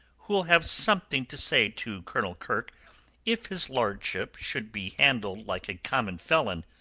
who'll have something to say to colonel kirke if his lordship should be handled like a common felon.